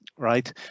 Right